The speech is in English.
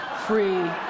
free